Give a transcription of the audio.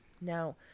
Now